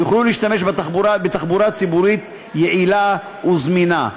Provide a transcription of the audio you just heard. שיוכלו להשתמש בתחבורה ציבורית יעילה וזמינה.